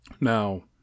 Now